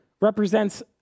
represents